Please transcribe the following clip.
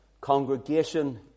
congregation